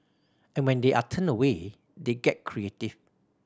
and when they are turned away they get creative